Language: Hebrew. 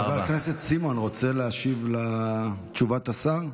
חבר הכנסת סימון, רוצה להשיב על תשובת השר?